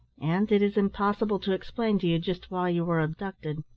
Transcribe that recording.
and it is impossible to explain to you just why you were abducted.